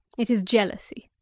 it is jealousy.